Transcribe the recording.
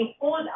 hold